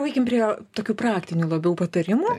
nueikim prie tokių praktinių labiau patarimų